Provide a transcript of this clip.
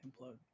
implode